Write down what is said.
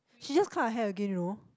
she just cut her hair again you know